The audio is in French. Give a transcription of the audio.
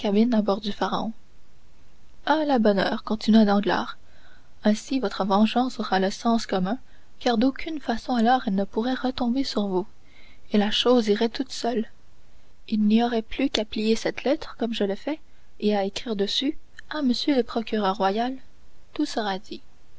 à bord du pharaon à la bonne heure continua danglars ainsi votre vengeance aurait le sens commun car d'aucune façon alors elle ne pourrait retomber sur vous et la chose irait toute seule il n'y aurait plus qu'à plier cette lettre comme je le fais et à écrire dessus à monsieur le procureur royal tout serait dit